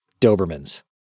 Dobermans